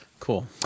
Cool